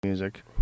Music